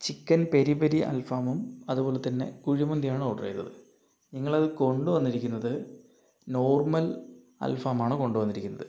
chicken peri peri അൽഫാമും അതുപോലെതന്നെ കുഴിമന്തിയുമാണ് ഓർഡർ ചെയ്തത് നിങ്ങളത് കൊണ്ടു വന്നിരിക്കുന്നത് നോർമൽ അൽഫാമാണ് കൊണ്ടു വന്നിരിക്കുന്നത്